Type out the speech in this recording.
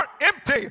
empty